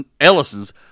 Ellison's